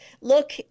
Look